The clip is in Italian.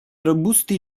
robusti